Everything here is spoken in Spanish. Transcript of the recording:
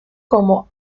como